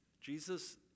Jesus